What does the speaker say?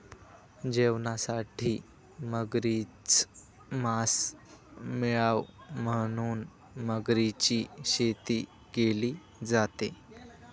जेवणासाठी मगरीच मास मिळाव म्हणून मगरीची शेती केली जाते